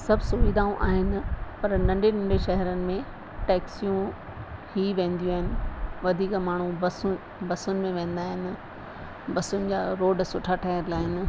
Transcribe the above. सभु सुविधाऊं आहिनि पर नंढे नंढे शहरनि में टैक्सियूं ई वेंदियूं आहिनि वधीक माण्हू बसूं बसुनि में वेंदा आहिनि बसुनि जा रोड सुठा ठहियलु आहिनि